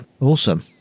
Awesome